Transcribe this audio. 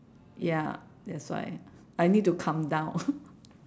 ya that's why I need to calm down